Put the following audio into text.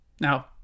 Now